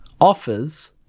offers